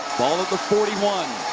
ball at the forty one.